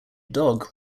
dogg